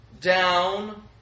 down